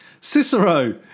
Cicero